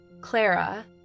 Clara